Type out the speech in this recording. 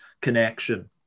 connection